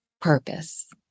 purpose